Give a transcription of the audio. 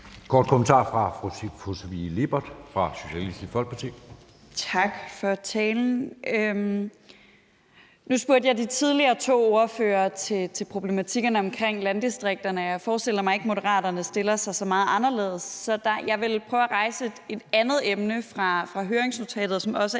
kort bemærkning fra fru Sofie Lippert fra Socialistisk Folkeparti. Kl. 11:01 Sofie Lippert (SF): Tak for talen. Nu spurgte jeg de to tidligere ordførere om problematikkerne omkring landdistrikterne, og jeg forestiller mig ikke, at Moderaterne stiller sig så meget anderledes. Så jeg vil prøve at rejse et andet emne fra høringsnotatet, som også er